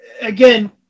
again